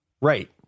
Right